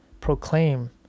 proclaim